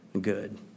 good